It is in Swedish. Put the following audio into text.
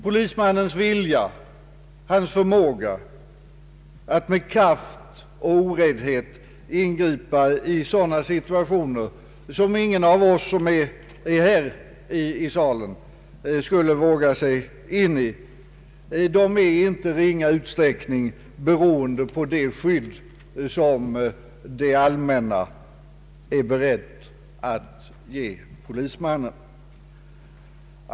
Polismannens vilja och förmåga att ingripa med kraft och oräddhet i situationer, som ingen av oss här i salen skulle våga sig in i, är i inte ringa utsträckning beroende av det skydd som det allmänna är berett att ge polismannen.